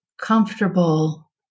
comfortable